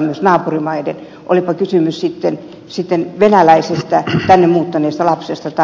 myös naapurimaiden kunnioittaa olipa kysymys sitten venäläisestä tänne muuttaneesta lapsesta tai ei